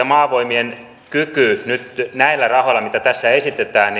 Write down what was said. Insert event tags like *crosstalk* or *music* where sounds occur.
*unintelligible* maavoimien kyky nyt näillä supistuksilla ja näillä rahoilla mitä tässä esitetään *unintelligible*